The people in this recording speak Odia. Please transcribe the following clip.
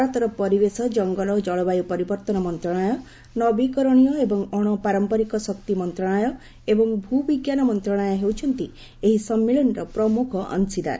ଭାରତର ପରିବେଶ ଜଙ୍ଗଲ ଓ ଜଳବାୟୁ ପରିବର୍ତ୍ତନ ମନ୍ତ୍ରଣାଳୟ ନବୀକରଣୀୟ ଏବଂ ଅଣପାରମ୍ପାରିକ ଶକ୍ତି ମନ୍ତ୍ରଣାଳୟ ଏବଂ ଭୂବିଜ୍ଞାନ ମନ୍ତ୍ରଣାଳୟ ହେଉଛନ୍ତି ଏହି ସମ୍ମିଳନୀର ପ୍ରମୁଖ ଅଂଶୀଦାର